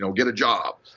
so get a job.